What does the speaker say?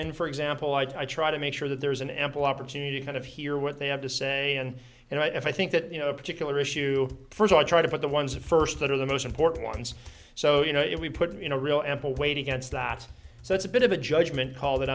in for example i try to make sure that there is an ample opportunity to kind of hear what they have to say and and i think that you know a particular issue for us i try to put the ones of first that are the most important ones so you know if we put in a real ample weight against that so it's a bit of a judgment call